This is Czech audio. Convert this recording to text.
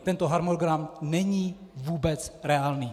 Tento harmonogram není vůbec reálný.